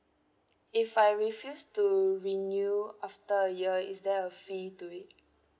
if I refuse to renew after a year is there a fee to it